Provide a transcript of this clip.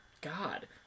God